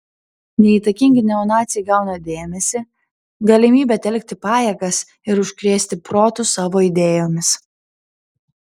neįtakingi neonaciai gauna dėmesį galimybę telkti pajėgas ir užkrėsti protus savo idėjomis